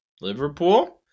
Liverpool